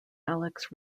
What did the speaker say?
alex